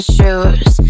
Shoes